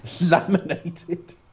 Laminated